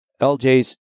LJ's